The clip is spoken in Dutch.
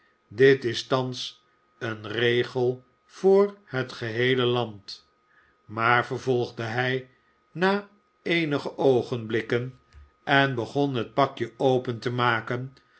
dit is thans een regel door het geheele land maar vervolgde hij na eenige oogenblikken en begon het pakje open te maken